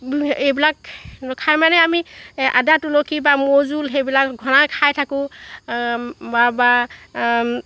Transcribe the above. এইবিলাক খাই তাৰমানে আমি আদা তুলসী মৌজোল সেইবিলাক খাই থাকোঁ